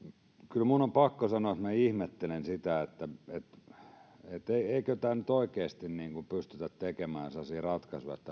kyllä minun on pakko sanoa että minä ihmettelen sitä että eikö nyt oikeasti pystytä tekemään sellaisia ratkaisuja että